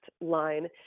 line